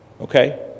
Okay